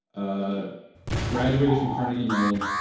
ah graduated from carnegie mellon,